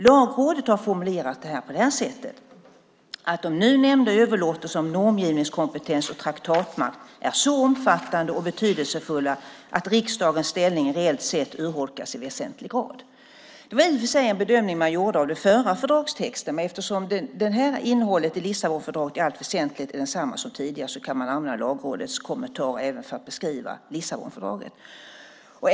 Lagrådet har formulerat det så här: De nu nämnda överlåtelserna om normgivningskompetens och traktatmakt är så omfattande och betydelsefulla att riksdagens ställning reellt sett urholkas i väsentlig grad. Det är i och för sig en bedömning som man gjorde av den förra fördragstexten, men eftersom innehållet i Lissabonfördraget i allt väsentligt är detsamma som tidigare kan man använda Lagrådets kommentar även för att beskriva Lissabonfördraget.